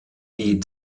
die